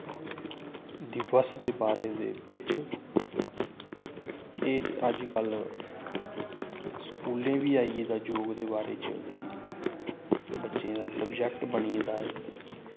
दिवस दे बारे दे बिच्च एह् ते अज्जकल स्कूलें बी आई गेदा योग दे बारे च कि बच्चें दा सवजैक्ट बनी गेदा एह्